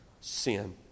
sin